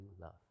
love